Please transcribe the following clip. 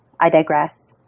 i digress.